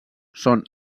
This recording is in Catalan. són